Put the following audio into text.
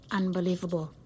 unbelievable